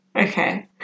okay